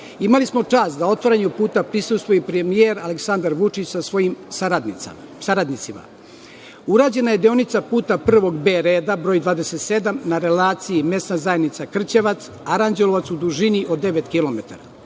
smo čast da je otvaranju puta prisustvovao premijer Aleksandar Vučić sa svojim saradnicima. Urađena je deonica puta prvog B reda, broj 27, narelaciji Mesna zajednica - Krćevac - Aranđelovac u dužini od devet